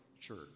church